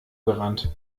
gerannt